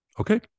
Okay